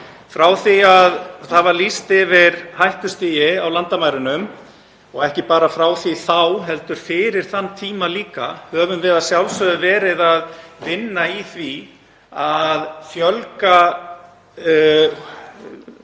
Frá því að hættustigi var lýst yfir á landamærunum, og ekki bara frá því þá heldur fyrir þann tíma líka, höfum við að sjálfsögðu verið að vinna í því að fjölga herbergjum